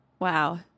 Wow